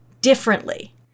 differently